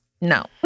No